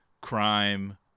crime